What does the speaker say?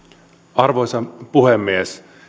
arvoisa puhemies